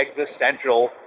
existential